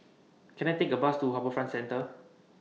Can I Take A Bus to HarbourFront Centre